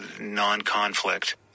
non-conflict